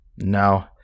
No